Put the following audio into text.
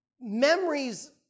Memories